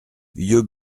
yeux